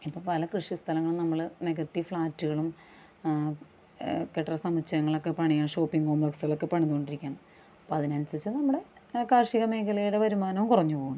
ഇപ്പം പല കൃഷി സ്ഥലങ്ങളും നമ്മള് നികത്തി ഫ്ലാറ്റുകളും കെട്ടിട സമുച്ചയങ്ങളൊക്കെ പണിയുക ഷോപ്പിംഗ് കോമ്പ്ലെക്സുകളൊക്കെ പണിതോണ്ടിരിക്കുകയാണ് അപ്പം അതിനൻസരിച്ച് നമ്മുടെ കാര്ഷിക മേഖലയുടെ വരുമാനവും കുറഞ്ഞ് പോവുന്നു